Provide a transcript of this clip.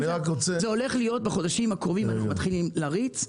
בחודשים הקרובים מתחילים להריץ,